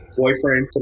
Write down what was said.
boyfriend